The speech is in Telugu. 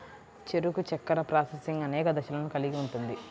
చెరకు చక్కెర ప్రాసెసింగ్ అనేక దశలను కలిగి ఉంటుంది